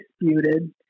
disputed